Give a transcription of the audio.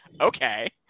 Okay